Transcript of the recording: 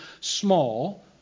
small